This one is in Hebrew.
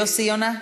יוסי יונה,